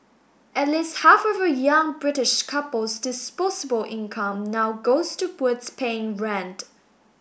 at least half of a young British couple's disposable income now goes towards paying rent